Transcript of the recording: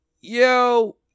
yo